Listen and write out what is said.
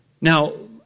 Now